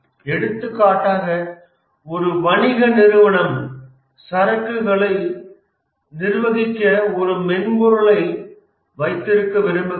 எடுத்துக்காட்டாக ஒரு வணிக நிறுவனம் சரக்குகளை நிர்வகிக்க ஒரு மென்பொருளை வைத்திருக்க விரும்புகிறது